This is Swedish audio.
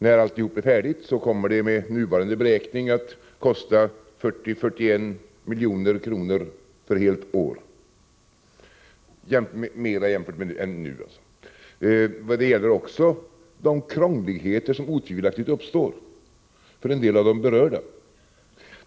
När alltihop är färdigt kommer det med nuvarande beräkning att för helt år kosta 40-41 milj.kr. mera än f. n. Det gäller också beträffande de krångligheter som otvivelaktigt uppstår för en del av de berörda.